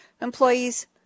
Employees